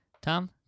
Tom